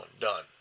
done